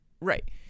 Right